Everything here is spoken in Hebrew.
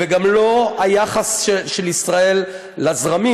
וגם לא היחס של ישראל לזרמים,